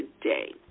today